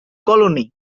colony